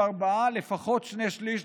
ולפחות שני שלישים,